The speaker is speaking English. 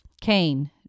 cain